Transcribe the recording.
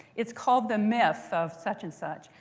it's called the myth of such and such.